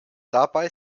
dabei